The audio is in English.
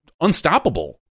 unstoppable